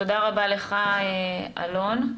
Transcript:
תודה רבה לך, אלון.